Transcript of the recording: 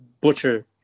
butcher